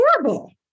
horrible